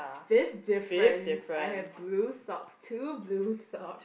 fifth differences I have blue socks two blue socks